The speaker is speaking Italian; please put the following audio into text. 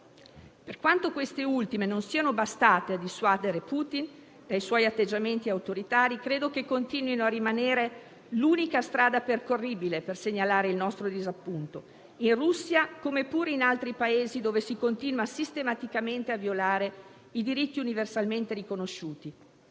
Per quanto queste ultime non siano bastate a dissuadere Putin dai suoi atteggiamenti autoritari, credo che continuino a rimanere l'unica strada percorribile per segnalare il nostro disappunto, in Russia come pure in altri Paesi dove si continua sistematicamente a violare i diritti universalmente riconosciuti.